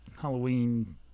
Halloween